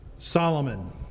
Solomon